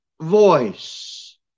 voice